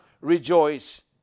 rejoice